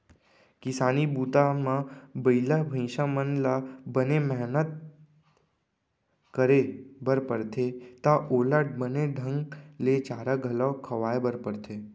किसानी बूता म बइला भईंसा मन ल बने मेहनत करे बर परथे त ओला बने ढंग ले चारा घलौ खवाए बर परथे